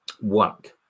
work